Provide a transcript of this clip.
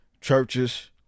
churches